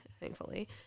thankfully